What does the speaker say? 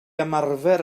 ymarfer